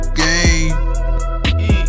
game